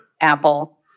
Apple